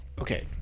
Okay